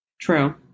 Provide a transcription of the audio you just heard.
true